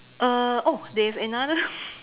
uh oh there's another